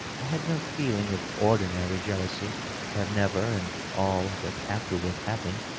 i had no feeling of ordinary jealousy have never, in all that afterward happened,